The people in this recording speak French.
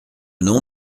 nom